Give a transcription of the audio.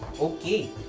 Okay